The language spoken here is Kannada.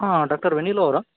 ಹಾಂ ಡಾಕ್ಟರ್ ವೆನಿಲ ಅವರಾ